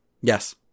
Yes